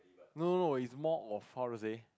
no no no it's more of how to say